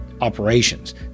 operations